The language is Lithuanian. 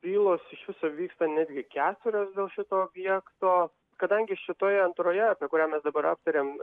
bylos iš viso vyksta netgi keturios dėl šito objekto kadangi šitoje antroje apie kurią mes dabar aptariam